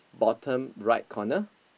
bottom right corner